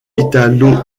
italo